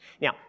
Now